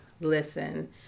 listen